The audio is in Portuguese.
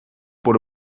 por